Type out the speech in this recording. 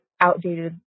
outdated